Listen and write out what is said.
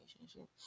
relationship